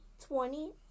Twenty